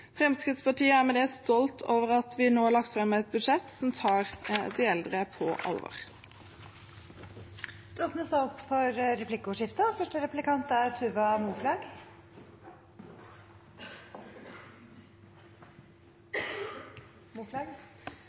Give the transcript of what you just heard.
Fremskrittspartiet er med dette stolt over at vi har lagt fram et budsjett som tar de eldre på